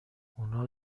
اونا